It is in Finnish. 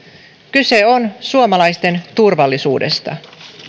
kyse on suomalaisten turvallisuudesta